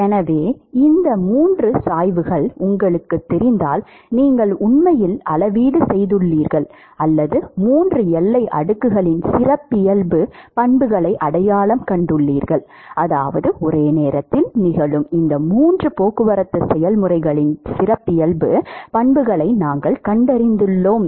எனவே இந்த மூன்று சாய்வுகள் உங்களுக்குத் தெரிந்தால் நீங்கள் உண்மையில் அளவீடு செய்துள்ளீர்கள் அல்லது 3 எல்லை அடுக்குகளின் சிறப்பியல்பு பண்புகளை அடையாளம் கண்டுள்ளீர்கள் அதாவது ஒரே நேரத்தில் நிகழும் இந்த மூன்று போக்குவரத்து செயல்முறைகளின் சிறப்பியல்பு பண்புகளை நாங்கள் கண்டறிந்துள்ளோம்